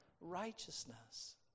righteousness